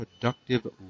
productive